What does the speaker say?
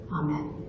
Amen